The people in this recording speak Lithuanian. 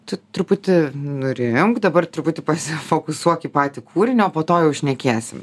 tu truputį nurimk dabar truputį pasifokusuok į patį kūrinį o po to jau šnekėsim